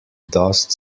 dust